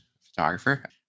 photographer